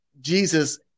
Jesus